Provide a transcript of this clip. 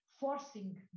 forcing